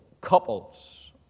couples